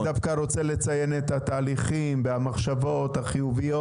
אני דווקא רוצה לציין את התהליכים ואת המחשבות החיוביות